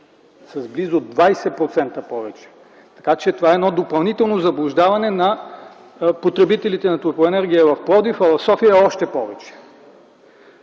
Близо 20% повече! Така че, това е едно допълнително заблуждаване на потребителите на топлоенергия в Пловдив, а в София е още повече.